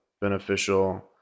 beneficial